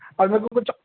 اور میرے کچھ